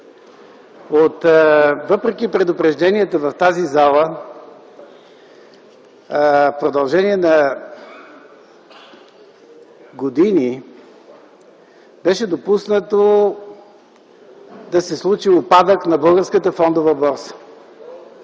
Въпреки предупрежденията в тази зала, в продължение на години беше допуснато да се случи упадък на Българската фондова борса.